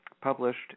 published